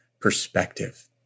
perspective